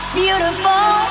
beautiful